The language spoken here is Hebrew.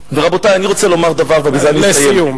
ורבותי, אני רוצה לומר דבר, ובזה אני אסיים.